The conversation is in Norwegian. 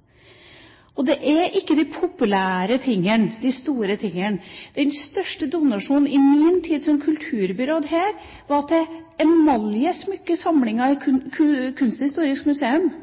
det har skjedd. Det er ikke de populære og store tingene. Den største donasjonen i min tid som kulturbyråd var til emaljesmykkesamlinga i Kunsthistorisk Museum –